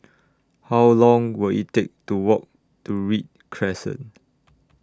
How Long Will IT Take to Walk to Read Crescent